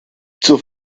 zur